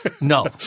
No